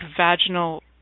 vaginal